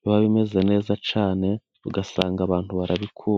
biba bimeze neza cyane ugasanga abantu barabiku...